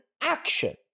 action